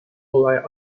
olay